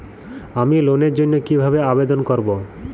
আমি লোনের জন্য কিভাবে আবেদন করব?